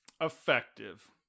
Effective